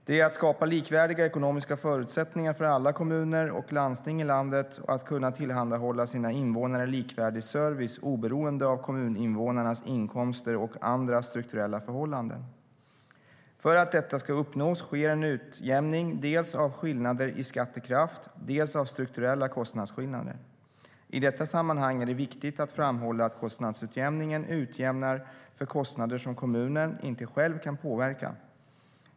Det är att skapa likvärdiga ekonomiska förutsättningar för alla kommuner och landsting i landet att kunna tillhandahålla sina invånare likvärdig service oberoende av kommuninvånarnas inkomster och andra strukturella förhållanden. För att detta ska uppnås sker en utjämning dels av skillnader i skattekraft, dels av strukturella kostnadsskillnader. I detta sammanhang är det viktigt att framhålla att kostnadsutjämningen utjämnar för kostnader som kommunen inte själv kan påverka.